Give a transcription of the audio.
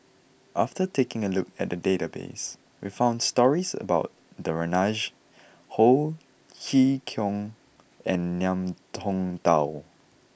after taking a look at the database we found stories about Danaraj Ho Chee Kong and Ngiam Tong Dow